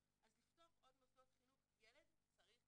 אז לפתוח עוד מוסדות חינוך כי ילד צריך